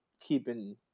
keeping